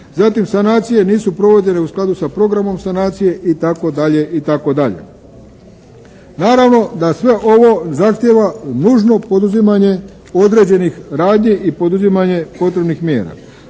Zatim, sanacije nisu provođene u skladu sa programom sanacije itd. itd. Naravno, da sve ovo zahtijeva nužno poduzimanje određenih radnji i poduzimanje potrebnih mjera.